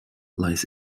lies